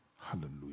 Hallelujah